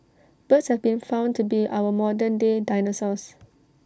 birds have been found to be our modern day dinosaurs